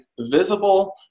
visible